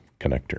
connector